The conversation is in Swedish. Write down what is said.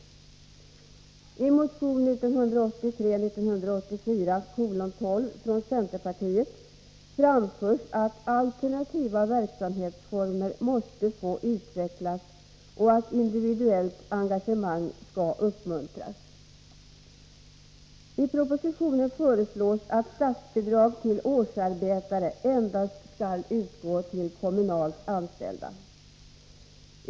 I motion 1983/84:12 från centerpartiet framförs att alternativa verksamhetsformer måste få utvecklas och att individuellt engagemang skall uppmuntras. I propositionen föreslås att statsbidrag till årsarbetare endast skall utgå till kommunalt anställda.